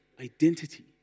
identity